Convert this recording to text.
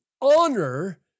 honor